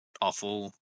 awful